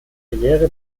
karriere